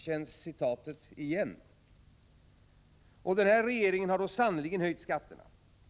Känns uttrycket igen? Och denna regering har sannerligen höjt skatterna.